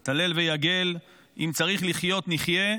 את הלל ויגל: "אם צריך לחיות נחיה,